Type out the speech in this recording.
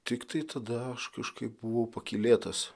tiktai tada aš kažkaip buvau pakylėtas